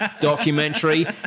documentary